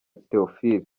theophile